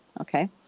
okay